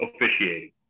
officiating